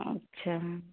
अच्छा